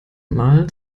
mal